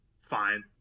fine